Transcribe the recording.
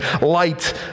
light